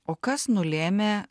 o kas nulėmė